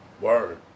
Word